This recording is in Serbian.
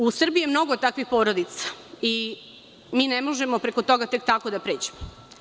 U Srbiji je mnogo takvih porodica i ne možemo preko toga tek tako da pređemo.